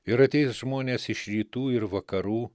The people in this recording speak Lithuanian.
ir ateis žmonės iš rytų ir vakarų